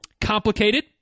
complicated